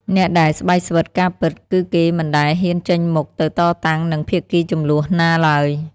អ្នកដែលស្បែកស្វិត ការពិត គឺគេមិនដែលហ៊ានចេញមុខទៅតតាំងនឹងភាគីជម្លោះណាឡើយ។